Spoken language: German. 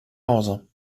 hause